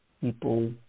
people